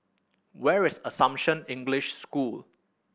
where is Assumption English School